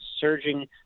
surging